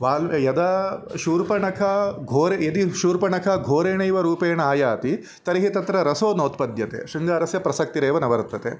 valve यदा शूर्पणखा घोररा यदि शूर्पणखा घोरेणैव रूपेण आयाति तर्हि तत्र रसो नोत्पद्यते शृङ्गारस्य प्रसक्तिरेव न वर्तते